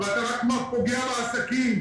אתה רק פוגע בעסקים.